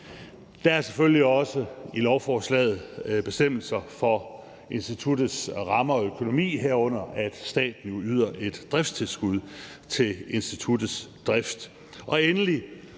Der er selvfølgelig også i lovforslaget bestemmelser for instituttets rammer og økonomi, herunder at staten yder et driftstilskud til instituttets drift.